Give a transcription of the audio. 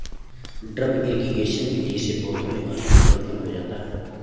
drip irrigation विधि से पौधों में वाष्पीकरण कम हो जाता है